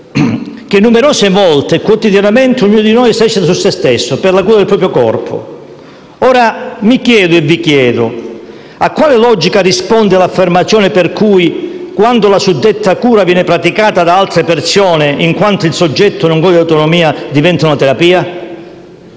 che numerose volte quotidianamente ognuno di noi esercita su se stesso per la cura del proprio corpo. Ora, mi chiedo e vi chiedo: a quale logica risponde l'affermazione per cui, quando la suddetta cura viene praticata da altre persone, in quanto il soggetto non gode di autonomia, diventa una terapia,